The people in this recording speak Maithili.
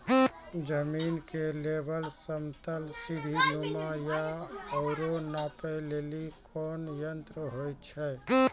जमीन के लेवल समतल सीढी नुमा या औरो नापै लेली कोन यंत्र होय छै?